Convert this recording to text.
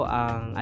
ang